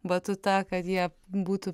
batu tą kad jie būtų